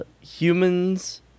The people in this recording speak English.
humans